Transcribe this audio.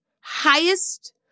highest